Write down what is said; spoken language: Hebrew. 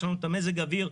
יש לנו מזג אוויר,